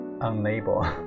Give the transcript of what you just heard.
unable